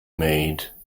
made